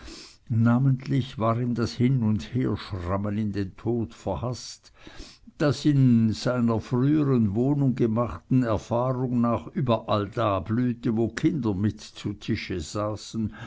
namentlich war ihm das hinundherschrammen in den tod verhaßt das seiner in früheren wohnungen gemachten erfahrung nach überall da blühte wo kinder mit zu tische saßen